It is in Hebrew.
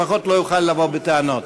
לפחות לא יוכל לבוא בטענות.